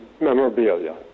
memorabilia